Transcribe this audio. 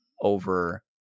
over